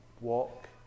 walk